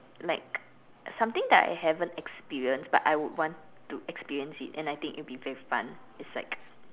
like something that I haven't experienced but I would want to experience it and I think it will be very fun is like